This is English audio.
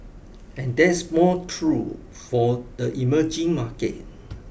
and that's more true for the emerging markets